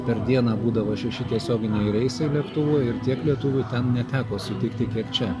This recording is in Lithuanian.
per dieną būdavo šeši tiesioginiai reisai lėktuvo ir tiek lietuvių ten neteko sutikti kiek čia